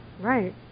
Right